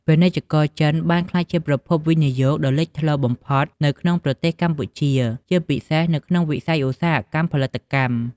ពាណិជ្ជករចិនបានក្លាយជាប្រភពវិនិយោគដ៏លេចធ្លោបំផុតនៅក្នុងប្រទេសកម្ពុជា ជាពិសេសនៅក្នុងវិស័យឧស្សាហកម្មផលិតកម្ម។